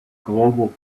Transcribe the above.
global